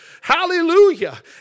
Hallelujah